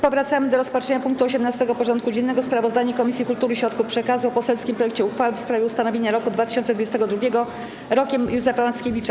Powracamy do rozpatrzenia punktu 18. porządku dziennego: Sprawozdanie Komisji Kultury i Środków Przekazu o poselskim projekcie uchwały w sprawie ustanowienia roku 2022 Rokiem Józefa Mackiewicza.